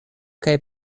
kaj